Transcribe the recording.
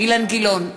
אילן גילאון,